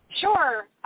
Sure